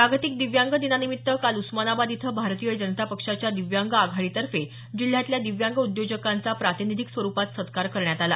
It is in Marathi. जागतिक दिव्यांग दिनानिमित्त काल उस्मानाबाद इथं भारतीय जनता पक्षाच्या दिव्यांग आघाडीतर्फे जिल्ह्यातल्या दिव्यांग उद्योजकांचा प्रातिनिधिक स्वरूपात सत्कार करण्यात आला